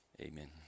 Amen